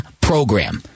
program